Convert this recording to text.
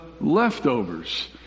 leftovers